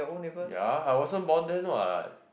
ya I wasn't born then what